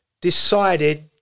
decided